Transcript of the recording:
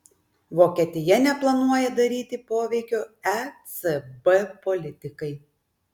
vokietija neplanuoja daryti poveikio ecb politikai